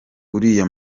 uriya